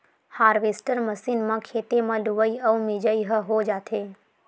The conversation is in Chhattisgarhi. हारवेस्टर मषीन म खेते म लुवई अउ मिजई ह हो जाथे